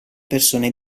persone